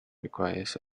requires